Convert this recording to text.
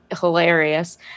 hilarious